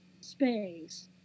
space